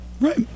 Right